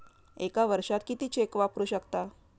एका वर्षात किती चेक वापरू शकता?